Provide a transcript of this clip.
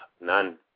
None